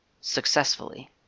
Successfully